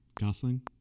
Gosling